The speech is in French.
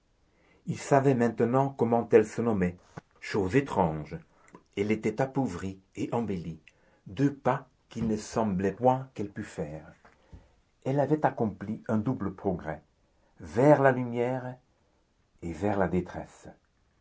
il savait maintenant comment elle se nommait chose étrange elle était appauvrie et embellie deux pas qu'il ne semblait point qu'elle pût faire elle avait accompli un double progrès vers la lumière et vers la détresse